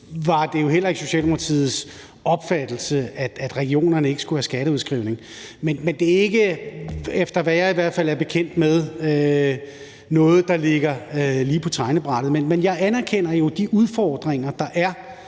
var det jo heller ikke Socialdemokratiets opfattelse, at regionerne ikke skulle have skatteudskrivning, men det er ikke, efter hvad jeg i hvert fald er bekendt med, noget, der ligger lige på tegnebrættet. Men jeg anerkender jo de udfordringer, der er